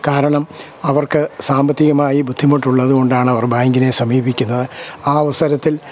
കാരണം അവർക്ക് സാമ്പത്തികമായി ബുദ്ധിമുട്ടുള്ളതു കൊണ്ടാണ് അവർ ബാങ്കിനെ സമീപിക്കുന്നത് ആ അവസരത്തിൽ